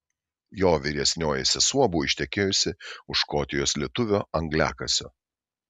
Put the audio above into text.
jo vyresnioji sesuo buvo ištekėjusi už škotijos lietuvio angliakasio